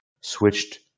switched